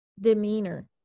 demeanor